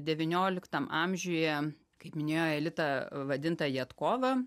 devynioliktam amžiuje kaip minėjo aelita vadinta jatkova